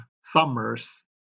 summers